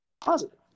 positive